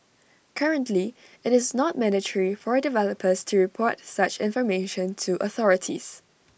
currently IT is not mandatory for developers to report such information to authorities